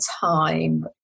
time